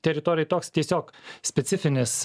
teritorijoj toks tiesiog specifinis